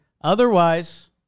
Otherwise